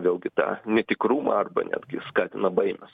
vėlgi tą netikrumą arba netgi skatina baimes